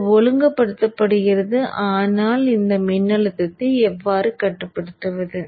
இது ஒழுங்குபடுத்தப்படுகிறது ஆனால் இந்த மின்னழுத்தத்தை எவ்வாறு கட்டுப்படுத்துவது